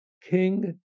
King